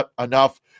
enough